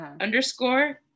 underscore